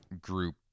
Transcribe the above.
group